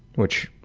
which,